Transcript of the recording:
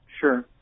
Sure